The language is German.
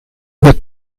wird